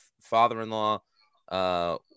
father-in-law